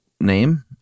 name